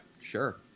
Sure